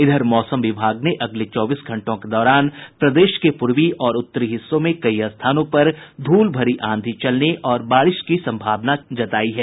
इधर मौसम विभाग ने अगले चौबीस घंटों के दौरान प्रदेश के पूर्वी और उत्तरी हिस्सों में कई स्थानों पर धूल भरी आंधी चलने और बारिश की संभावना जतायी है